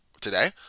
today